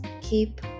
keep